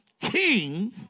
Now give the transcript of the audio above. King